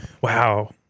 wow